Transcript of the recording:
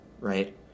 right